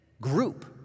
group